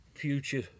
future